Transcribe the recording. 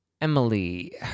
Emily